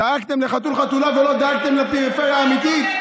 דאגתם לחתול-חתולה ולא דאגתם לפריפריה האמיתית,